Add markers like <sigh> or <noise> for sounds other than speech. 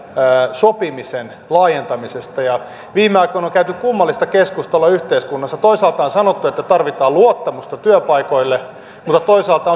sopimisen laajentamisesta viime aikoina on käyty kummallista keskustelua yhteiskunnassa toisaalta on sanottu että tarvitaan luottamusta työpaikoille mutta toisaalta <unintelligible>